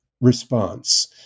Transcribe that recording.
Response